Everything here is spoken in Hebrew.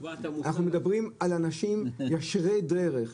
אנחנו מדברים על אנשים ישרי דרך,